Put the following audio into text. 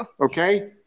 Okay